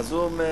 אז הוא אומר: